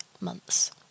months